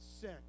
sin